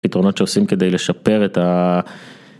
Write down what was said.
פתרונות שעושים כדי לשפר את ה...